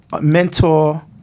mentor